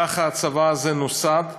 ככה הצבא הזה נוסד מ-1948,